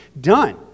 done